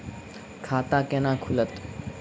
खाता केना खुलत?